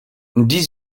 dix